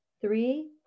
three